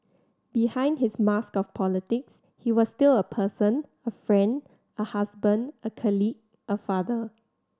behind his mask of politics he was still a person a friend a husband a colleague a father